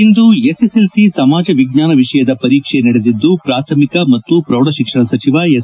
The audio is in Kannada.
ಇಂದು ಎಸ್ ಎಸ್ ಎಲ್ ಸಿ ಸಮಾಜ ವಿಜ್ಞಾನ ವಿಷಯದ ಪರೀಕ್ಷೆ ನಡೆದಿದ್ದು ಪಾಥಮಿಕ ಮತ್ತು ಪೌಢ ಶಿಕ್ಷಣ ಸಚಿವ ಎಸ್